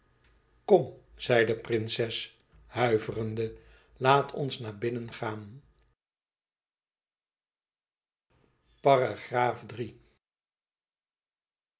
kom zei de prinses huiverende laat ons naar binnen gaan